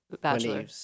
bachelor